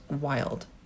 wild